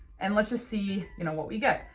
and let's just see you know what we get.